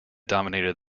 dominated